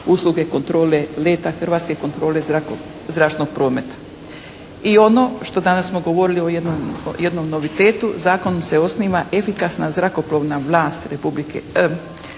usluge kontrole leta hrvatske kontrole zračnog prometa. I ono što danas smo govorili o jednom novitetu, zakonom se osniva efikasna zrakoplovna vlast RH u obliku